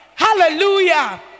Hallelujah